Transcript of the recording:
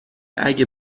اگه